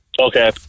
Okay